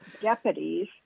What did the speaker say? deputies